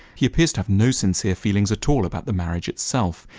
he appears to have no sincere feelings at all about the marriage itself.